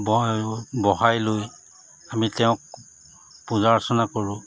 ব বহাই লৈ আমি তেওঁক পূজা অৰ্চনা কৰোঁ